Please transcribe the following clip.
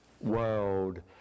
world